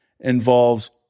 involves